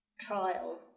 trial